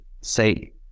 say